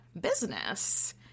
business